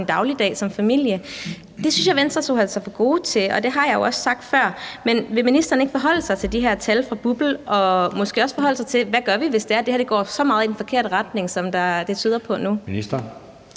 dagligdag som familie. Det synes jeg Venstre skulle holde sig for god til, og det har jeg jo også sagt før. Men vil ministeren ikke forholde sig til de her tal fra BUPL og måske også forholde sig til, hvad vi gør, hvis det er, at det her går så meget i den forkerte retning, som det tyder på nu? Kl.